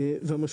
ושוב: